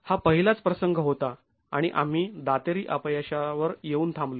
हा पहिलाच प्रसंग होता आणि आम्ही दातेरी अपयशावर येऊन थांबलो